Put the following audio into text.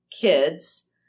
kids